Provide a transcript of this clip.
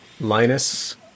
Linus